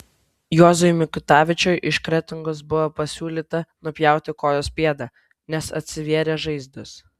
juozui mikutavičiui iš kretingos buvo pasiūlyta nupjauti kojos pėdą nes atsivėrė žaizdos